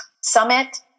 summit